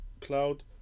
cloud